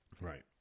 Right